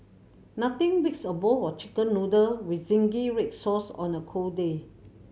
nothing beats a bowl of Chicken Noodle with zingy red sauce on a cold day